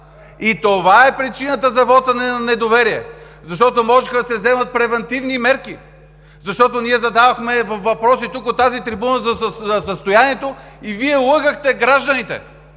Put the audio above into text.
И това е причината за вота ни на недоверие. Защото можеха да се вземат превантивни мерки, защото ние задавахме въпроси тук, от тази трибуна, за състоянието и Вие лъгахте гражданите!